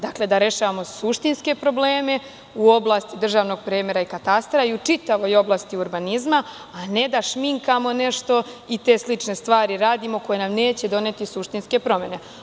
Dakle, da rešavamo suštinske probleme u oblasti državnog premera i katastra i u čitavoj oblasti urbanizma, a ne da šminkamo nešto, ate slične stvari radimo, koje nam neće doneti suštinske promene.